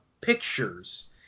pictures